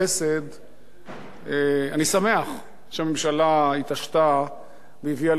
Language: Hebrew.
אני שמח שהממשלה התעשתה והביאה לכאן את שני החוקים הללו.